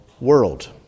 world